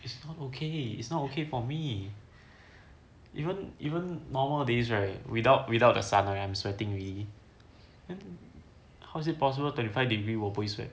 it's not okay it's not okay for me even even normal days right without without a sun I'm sweating already then how is it possible twenty five degree 我不会 sweat